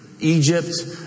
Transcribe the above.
Egypt